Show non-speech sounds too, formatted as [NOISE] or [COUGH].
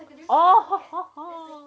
oh [LAUGHS]